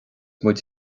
muid